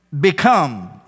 become